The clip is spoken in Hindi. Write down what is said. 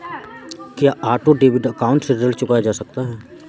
क्या ऑटो डेबिट अकाउंट से ऋण चुकाया जा सकता है?